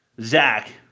Zach